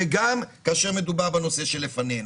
וגם כאשר מדובר בנושא שלפנינו.